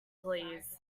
please